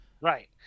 Right